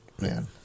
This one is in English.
Man